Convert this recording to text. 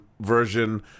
version